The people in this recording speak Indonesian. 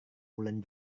bulan